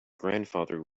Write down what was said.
grandfather